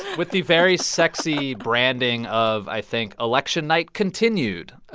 with the very sexy branding of, i think, election night continued oh